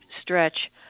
stretch